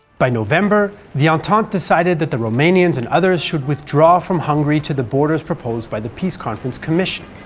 by november, the entente decided that the romanians and others should withdraw from hungary to the borders proposed by the peace conference commission.